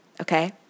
okay